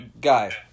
Guy